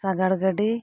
ᱥᱟᱜᱟᱲ ᱜᱟᱹᱰᱤ